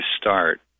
start